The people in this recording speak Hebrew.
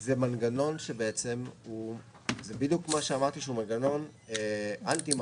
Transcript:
זה בדיוק מה שאמרתי שהוא מנגנון אנטי מחזורי,